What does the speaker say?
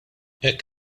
hekk